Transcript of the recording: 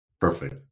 Perfect